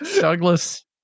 Douglas